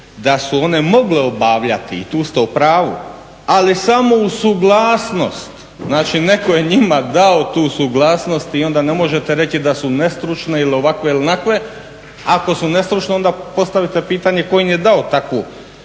da su one mogle obavljati i tu ste u pravu ali samo uz suglasnost, znači netko je njima dao tu suglasnost i onda ne možete reći da su nestručne ili ovakve ili onakve. Ako su nestručne onda postavite pitanje tko im je dao takvu